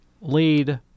Lead